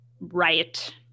riot